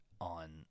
on